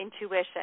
intuition